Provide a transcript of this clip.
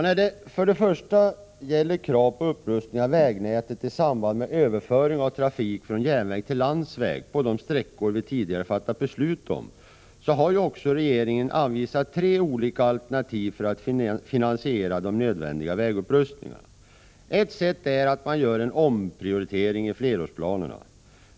När det gäller kraven på upprustning av vägnätet i samband med överföring av trafik från järnväg till landsväg på de sträckor som vi tidigare fattat beslut om har regeringen anvisat tre alternativ för att finansiera de nödvändiga vägupprustningarna. Ett sätt är att man gör en omprioritering i flerårsplanerna.